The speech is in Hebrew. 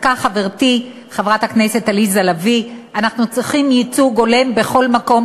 צדקה חברתי חברת הכנסת עליזה לביא: אנחנו צריכים ייצוג הולם בכל מקום,